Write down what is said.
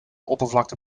oppervlakte